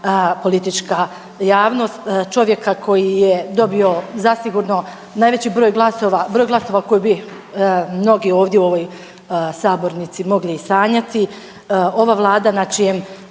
politička javnost, čovjeka koji je dobio zasigurno najveći broj glasova, broj glasova koji bi mnogi ovdje u ovoj sabornici mogli i sanjati. Ova Vlada na čijem